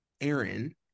Aaron